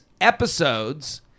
episodes